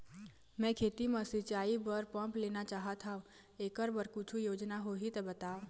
मैं खेती म सिचाई बर पंप लेना चाहत हाव, एकर बर कुछू योजना होही त बताव?